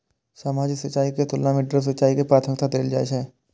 सामान्य सिंचाई के तुलना में ड्रिप सिंचाई के प्राथमिकता देल जाय छला